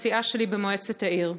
הסיעה שלי במועצת העיר.